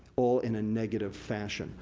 all in a negative fashion,